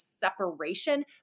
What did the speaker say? separation